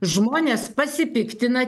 žmonės pasipiktina